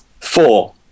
four